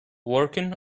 working